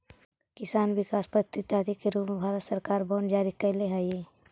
किसान विकास पत्र इत्यादि के रूप में भारत सरकार बांड जारी कैले हइ